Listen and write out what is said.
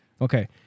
Okay